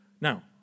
Now